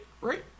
Right